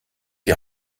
die